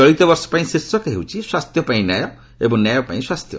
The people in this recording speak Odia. ଚଳିତବର୍ଷ ପାଇଁ ଶୀର୍ଷକ ହେଉଛି 'ସ୍ୱାସ୍ଥ୍ୟ ପାଇଁ ନ୍ୟାୟ ଏବଂ ନ୍ୟାୟ ପାଇଁ ସ୍ୱାସ୍ଥ୍ୟ